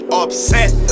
upset